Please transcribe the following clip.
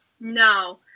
No